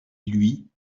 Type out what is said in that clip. lui